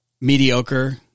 mediocre